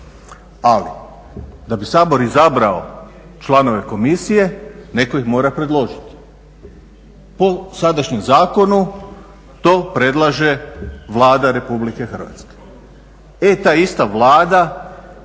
ali da bi Sabor izabrao članove komisije netko ih mora predložiti. Po sadašnjem zakonu to predlaže Vlada Republike Hrvatske. E ta ista Vlada